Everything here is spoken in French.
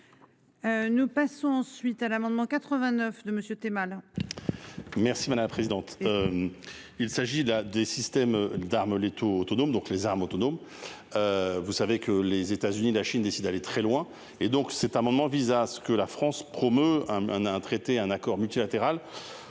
Ne passons ensuite suite à l'amendement 89 de monsieur tu es mal. Merci madame présidente. Il s'agit là des systèmes d'armes létaux autonomes, donc les armes autonomes. Vous savez que les États-Unis, la Chine décide d'aller très loin et donc cet amendement vise à ce que la France promeut un un traité un accord multilatéral.